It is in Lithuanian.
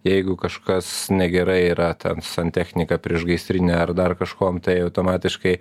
jeigu kažkas negerai yra ten santechnika priešgaisrinė ar dar kažkuom tai automatiškai